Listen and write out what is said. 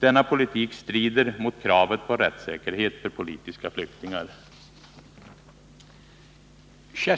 Denna politik strider mot kravet på rättssäkerhet för politiska flyktingar.